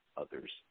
others